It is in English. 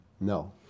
No